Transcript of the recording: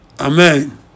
Amen